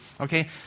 Okay